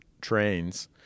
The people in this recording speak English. trains